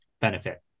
benefit